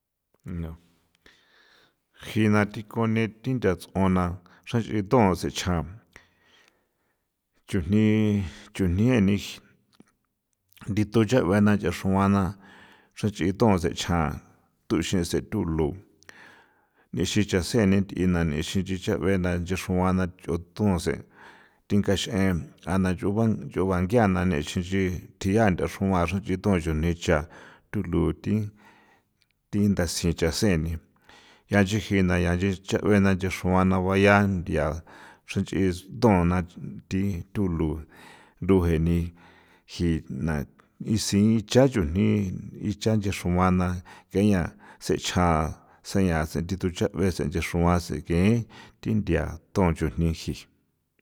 jina thi chujni chujni jeeni dithu chuena thu xruana xran nchi thu sen chuan thuxen see thulo nixi chasen ni ntꞌina nixi chincha bee'na chixrua na ncho thosen thingaxen jꞌana yuu ban yuu bangiana nixi nchi thiyia nda xroan xanchi toon chujní icha thulo thi thi ndasen chaseni yanchi jina yanchi chaꞌbena nchexuana vayia ndía xanchi ndóna thi thulo nduje ni jina nisin icha chujni icha nche xruan na keña sen cha seña nditu chaꞌbesen nchexuánsen geen thin ndía toon chujiní ji.